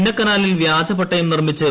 ചിന്നക്കനാലിൽ വ്യാജപട്ടയം നിർമിച്ച്ചു